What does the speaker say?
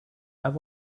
have